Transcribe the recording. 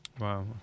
wow